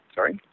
Sorry